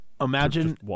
Imagine